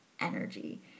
energy